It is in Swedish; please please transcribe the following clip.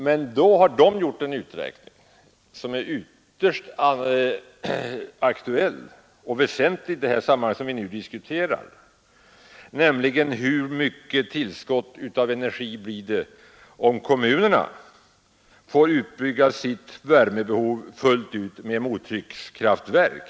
Men Svenska värmeverksföreningen har gjort en uträkning som är ytterst aktuell och väsentlig i det sammanhang som vi nu diskuterar, nämligen hur stort tillskottet av energin blir om kommunerna tillgodoser sitt värmebehov fullt ut med mottryckskraftverk.